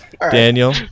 Daniel